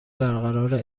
برقراری